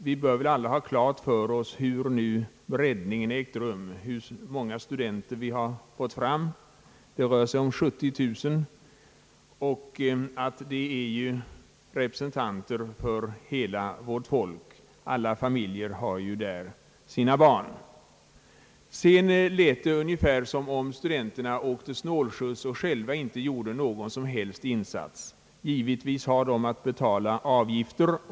Vi bör väl alla ha klart för oss vilken breddning som ägt rum — det rör sig nu om 70 000 studenter, och de flesta familjer i hela vårt folk har i dag anhöriga bland dessa studenter. Sedan lät det ungefär som om studenterna åkte snålskjuts och själva inte gjorde någon som helst insats för sitt idrottsutövande. Men de har givetvis att betala avgifter.